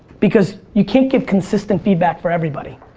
because you can't give consistent feedback for everybody.